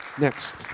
Next